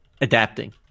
adapting